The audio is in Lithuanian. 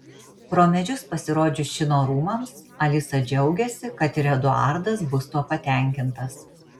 pro medžius pasirodžius šino rūmams alisa džiaugiasi kad ir eduardas bus tuo patenkintas